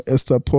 Esther